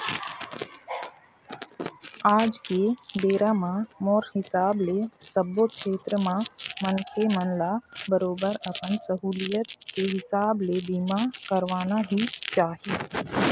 आज के बेरा म मोर हिसाब ले सब्बो छेत्र म मनखे मन ल बरोबर अपन सहूलियत के हिसाब ले बीमा करवाना ही चाही